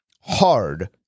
hard